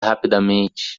rapidamente